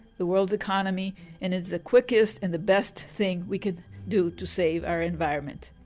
the world's economy and it's the quickest and the best thing we could do to save our environment.